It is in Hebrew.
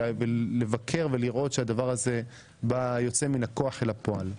אלא לבקר ולראות שהדבר הזה יוצא מן הכוח אל הפועל.